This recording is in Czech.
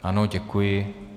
Ano, děkuji.